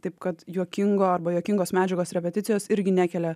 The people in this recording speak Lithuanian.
taip kad juokingo arba juokingos medžiagos repeticijos irgi nekelia